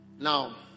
now